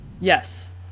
Yes